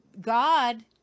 God